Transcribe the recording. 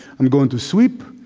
i'm going to sweep,